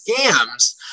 scams